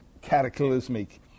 Cataclysmic